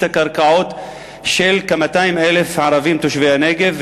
הקרקעות של כ-200,000 ערבים תושבי הנגב,